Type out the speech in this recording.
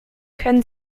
können